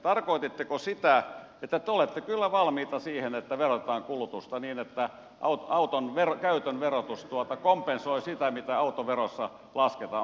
tarkoititteko sitä että te olette kyllä valmiita siihen että verotetaan kulutusta niin että auton käytön verotus kompensoi sitä mitä autoverossa lasketaan